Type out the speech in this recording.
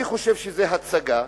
אני חושב שזו הצגה.